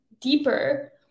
deeper